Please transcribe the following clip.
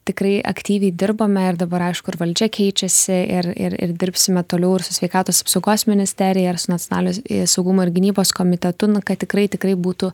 tikrai aktyviai dirbame ir dabar aišku ir valdžia keičiasi ir ir ir dirbsime toliau ir su sveikatos apsaugos ministerija ir su nacionalinio saugumo ir gynybos komitetu na kad tikrai tikrai būtų